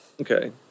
Okay